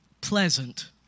pleasant